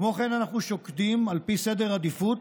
כמו כן אנחנו שוקדים, על פי סדר עדיפויות,